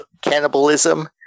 cannibalism